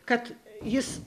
kad jis